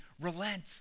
relent